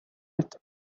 with